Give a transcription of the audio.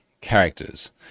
characters